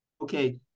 okay